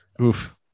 Oof